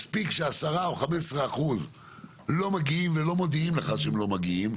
מספיק ש-10% או 15% לא מגיעים ולא מודיעים לך שהם לא מגיעים,